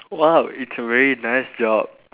!wow! it's a really nice job